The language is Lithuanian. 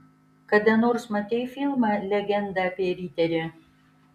kada nors matei filmą legenda apie riterį